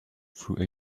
through